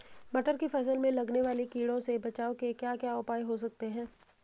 मटर की फसल में लगने वाले कीड़ों से बचाव के क्या क्या उपाय हो सकते हैं?